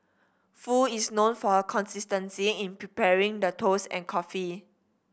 Foo is known for her consistency in preparing the toast and coffee